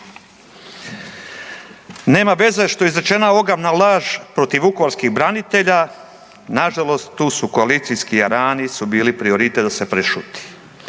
Nema veze što je izrečena ogavna laž protiv vukovarskih branitelja, nažalost tu su koalicijski jarani su bili prioritet da se prešuti.